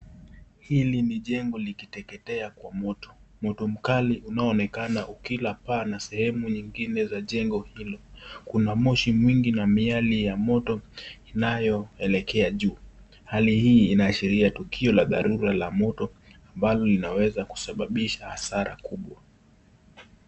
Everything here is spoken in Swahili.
Hili ni jengo likiteketea kwa moto. Moto mkali unaonekana ukila paa na sehemu nyingine za jengo hilo. Kuna moshi mwingi na miali ya moto inayoelekea juu. Hali hii inaashiria tukio la dharura la moto, ambalo linaweza kusababisha hasara kubwa.